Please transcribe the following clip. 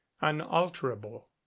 unalterable